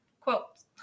Quotes